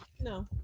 no